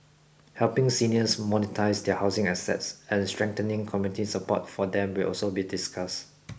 helping seniors monetise their housing assets and strengthening community support for them will also be discussed